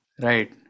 Right